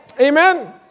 Amen